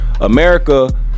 America